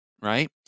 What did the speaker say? right